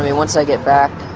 once i get back